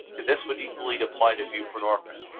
this would equally apply to buprenorphine,